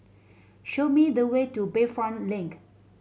show me the way to Bayfront Link